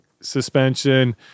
suspension